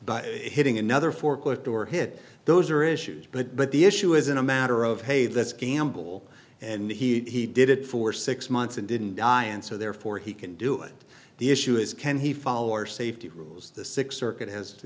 by hitting another forklift or hit those are issues but but the issue isn't a matter of hey that's gamble and he did it for six months and didn't die and so therefore he can do it the issue is can he follow our safety rules the six circuit has